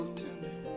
tender